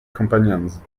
companions